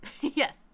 Yes